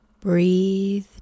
Breathe